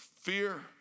fear